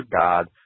God